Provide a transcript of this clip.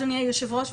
אדוני היושב-ראש,